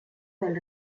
del